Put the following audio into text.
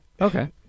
okay